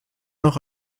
noch